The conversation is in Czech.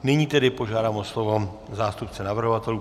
Nyní tedy požádám o slovo zástupce navrhovatelů.